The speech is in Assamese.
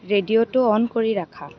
ৰেডিঅ'টো অন কৰি ৰাখা